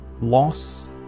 loss